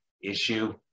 issue